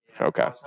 Okay